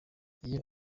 iyo